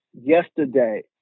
yesterday